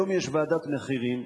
היום יש ועדת מחירים,